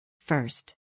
First